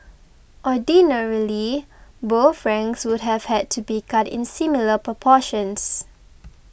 ordinarily both ranks would have had to be cut in similar proportions